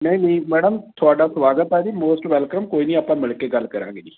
ਨਹੀਂ ਨਹੀਂ ਮੈਡਮ ਤੁਹਾਡਾ ਸਵਾਗਤ ਹੈ ਜੀ ਮੋਸਟ ਵੈਲਕਮ ਕੋਈ ਨਹੀਂ ਆਪਾਂ ਮਿਲ ਕੇ ਗੱਲ ਕਰਾਂਗੇ ਜੀ